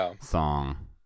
song